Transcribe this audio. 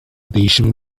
değişim